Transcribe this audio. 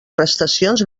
prestacions